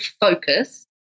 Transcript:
focus